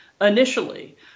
initially